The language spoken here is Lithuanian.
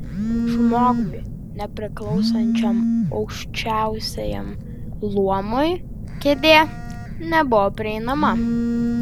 žmogui nepriklausančiam aukščiausiajam luomui kėdė nebuvo prieinama